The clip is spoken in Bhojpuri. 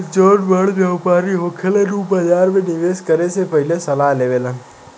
जौन बड़ व्यापारी होखेलन उ बाजार में निवेस करे से पहिले सलाह लेवेलन